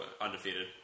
undefeated